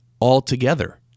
altogether